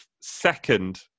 second